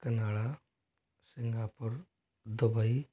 Canada Singapore Dubai